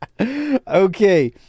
Okay